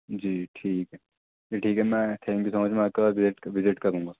جی ٹھیک ہے ٹھیک ہے میں تھینک یو سو مچ میں آپ کا وزٹ وزٹ کروں گا